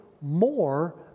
more